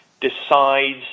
decides